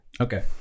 okay